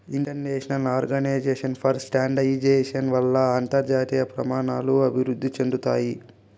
international organisation for standardisation వల్ల అంతర్జాతీయ ప్రమాణాలు అభివృద్ధి చెందుతాయి